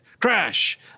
crash